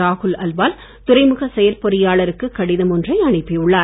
ராகுல் அல்வால் துறைமுக செயற்பொறியாளருக்கு கடிதம் ஒன்றை அனுப்பியுள்ளார்